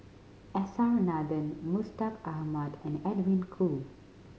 S R Nathan Mustaq Ahmad and Edwin Koo